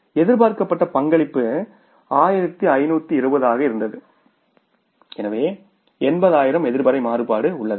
எதிர்பார்க்கப்பட்ட பங்களிப்பு 1520 ஆக இருந்தது எனவே 80 ஆயிரம் எதிர்மறை மாறுபாடு உள்ளது